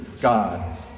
God